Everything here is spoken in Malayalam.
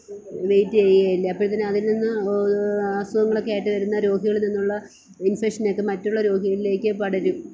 വെയ്റ്റ് ചെയ്യുക ഇല്ല അപ്പോഴത്തേന് അതിൽനിന്ന് അസുഖങ്ങളക്കെ ആയിട്ട് വരുന്ന രോഗികളിൽ നിന്നുള്ള ഇൻഫെക്ഷൻ ഒക്കെ മറ്റുള്ള രോഗിയിലേക്ക് പടരും